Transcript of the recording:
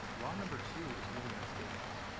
law number two is really inescapable.